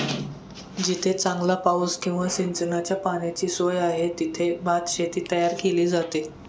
जेथे चांगला पाऊस किंवा सिंचनाच्या पाण्याची सोय आहे, तेथे भातशेती तयार केली जाते